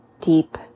deep